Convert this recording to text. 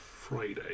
Friday